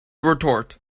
retort